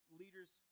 leader's